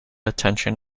attention